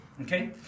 Okay